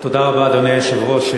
תודה רבה, אדוני היושב-ראש.